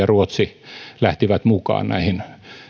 ruotsi lähtivät mukaan näihin